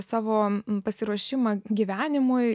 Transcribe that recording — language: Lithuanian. savo pasiruošimą gyvenimui